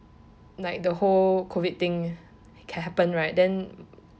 like the whole COVID thing can happen right then